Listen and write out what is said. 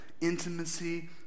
intimacy